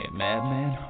madman